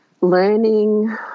learning